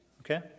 Okay